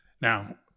Now